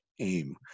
aim